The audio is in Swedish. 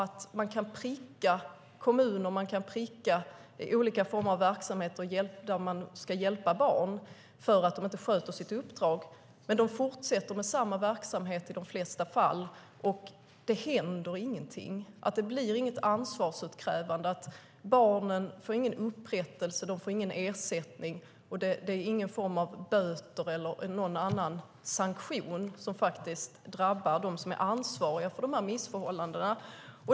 I dag kan kommuner och verksamheter prickas för att de inte sköter sitt uppdrag att hjälpa barn, men i de flesta fall fortsätter de med samma verksamhet och inget händer. Det sker inget ansvarsutkrävande, och barnen får ingen upprättelse eller ersättning. Varken böter eller annan sanktion drabbar dem som är ansvariga för missförhållandena.